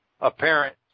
apparent